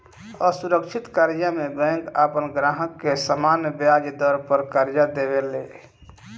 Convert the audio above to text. असुरक्षित कर्जा में बैंक आपन ग्राहक के सामान्य ब्याज दर पर कर्जा देवे ले